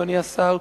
אדוני השר,